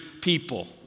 people